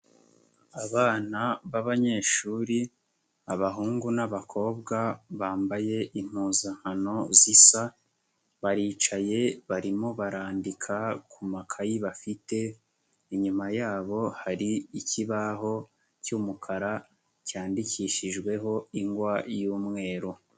Abana babanyeshuri abahungu n'abakobwa bambaye impuzankano zisa, baricaye barimo barandika ku makayi bafite, inyuma yabo hari ikibaho cy'umukara cyandikishijweho ingwa y'umweru.